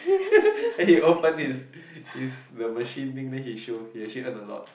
and he how fun is is the machine thing then he show actually he earn a lot